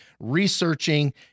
researching